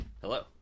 Hello